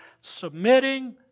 submitting